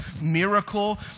miracle